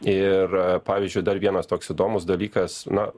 ir pavyzdžiui dar vienas toks įdomus dalykas na